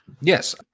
Yes